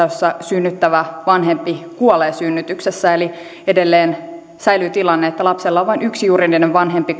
jossa synnyttävä vanhempi kuolee synnytyksessä eli edelleen säilyy tilanne että lapsella on vain yksi juridinen vanhempi